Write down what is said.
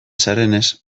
zarenez